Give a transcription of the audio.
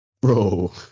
Bro